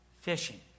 fishing